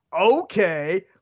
okay